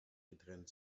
getrennt